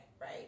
right